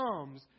comes